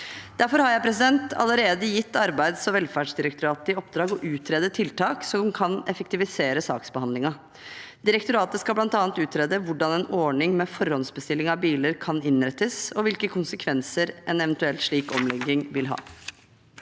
Derfor har jeg allerede gitt Arbeids- og velferdsdirektoratet i oppdrag å utrede tiltak som kan effektivisere saksbehandlingen. Direktoratet skal bl.a. utrede hvordan en ordning med forhåndsbestilling av biler kan innrettes, og hvilke konsekvenser en eventuell slik omlegging vil ha.